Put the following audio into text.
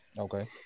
Okay